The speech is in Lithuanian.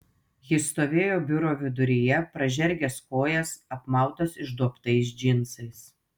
jis stovėjo biuro viduryje pražergęs kojas apmautas išduobtais džinsais